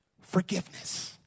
forgiveness